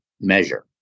measure